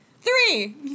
Three